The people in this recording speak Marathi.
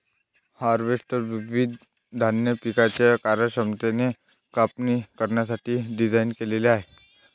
हार्वेस्टर विविध धान्य पिकांची कार्यक्षमतेने कापणी करण्यासाठी डिझाइन केलेले आहे